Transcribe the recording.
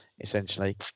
essentially